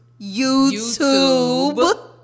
YouTube